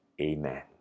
Amen